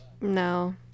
No